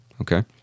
okay